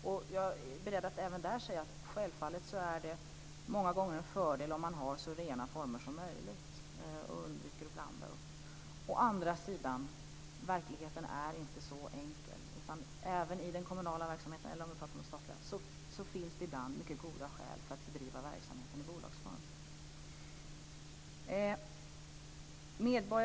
Och jag är beredd att säga att även i fråga om den så är det många gånger en fördel om man har så rena former som möjligt och undviker att blanda dem. Å andra sidan är verkligheten inte så enkel, utan även i den kommunala verksamheten eller i den statliga så finns det ibland mycket goda skäl för att bedriva verksamheten i bolagsform.